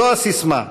זו הסיסמה: